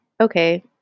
okay